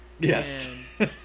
Yes